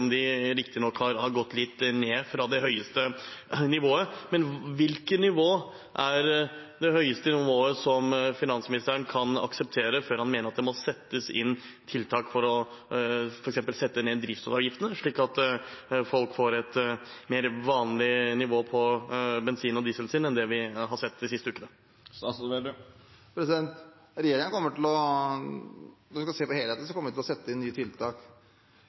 de riktignok har gått litt ned fra det høyeste nivået. Men hva er det høyeste nivået finansministeren kan akseptere før han mener at det må settes inn tiltak for f.eks. å sette ned drivstoffavgiftene, slik at folk får et vanligere nivå på bensin- og dieselprisene enn det vi ha sett de siste ukene? Når regjeringen skal se på helheten, kommer vi uansett til å sette inn nye tiltak